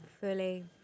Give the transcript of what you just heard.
Fully